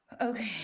okay